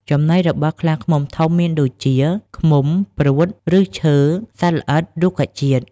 ចំណីរបស់ខ្លាឃ្មុំធំមានដូចជា ឃ្មុំ ព្រួត ឫសឈើ សត្វល្អិត រុក្ខជាតិ។